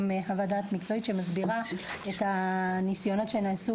חוות דעת מקצועית שמסבירה את הניסיונות שנעשו,